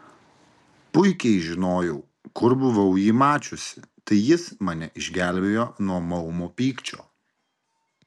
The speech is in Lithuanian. puikiai žinojau kur buvau jį mačiusi tai jis mane išgelbėjo nuo maumo pykčio